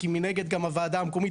כי מנגד גם הוועדה המקומית,